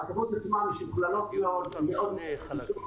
הרכבות עצמן משוכללות מאוד ומאוד חלקות,